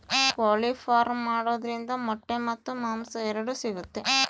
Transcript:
ಕೋಳಿ ಫಾರ್ಮ್ ಮಾಡೋದ್ರಿಂದ ಮೊಟ್ಟೆ ಮತ್ತು ಮಾಂಸ ಎರಡು ಸಿಗುತ್ತೆ